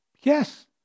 Yes